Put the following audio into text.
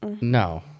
No